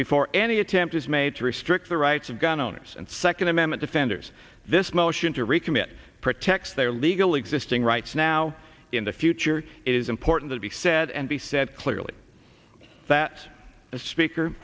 before any attempt is made to restrict the rights of gun owners and second amendment defenders this motion to recommit protects their legal existing rights now in the future is important he said and he said clearly that the speaker